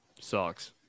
Sucks